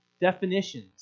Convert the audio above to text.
definitions